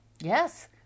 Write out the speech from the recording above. Yes